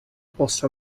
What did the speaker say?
possa